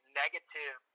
negative